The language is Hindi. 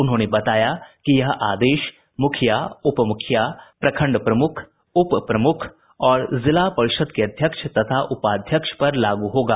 उन्होंने बताया कि यह आदेश मुखिया उप मुखिया प्रखंड प्रमुख उप प्रमुख और जिला परिषद के अध्यक्ष तथा उपाध्यक्ष पर लागू होगा